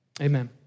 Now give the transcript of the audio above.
Amen